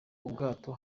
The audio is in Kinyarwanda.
ubwato